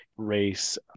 race